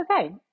okay